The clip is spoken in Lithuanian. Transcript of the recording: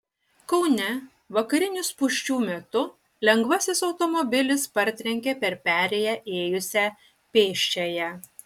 kaune vakarinių spūsčių metu lengvasis automobilis partrenkė per perėją ėjusią pėsčiąją